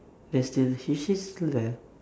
there's still he she's still there